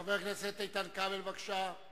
חבר הכנסת איתן כבל, בבקשה.